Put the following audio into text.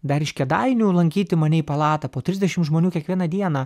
dar iš kėdainių lankyti mane į palatą po trisdešimt žmonių kiekvieną dieną